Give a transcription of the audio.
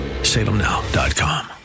Salemnow.com